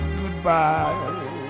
goodbye